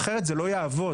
אחרת זה לא יעבוד.